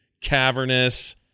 cavernous